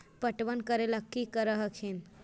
पटबन करे ला की कर हखिन?